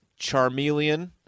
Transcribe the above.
Charmeleon